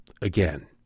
again